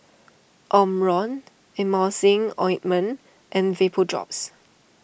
Omron Emulsying Ointment and Vapodrops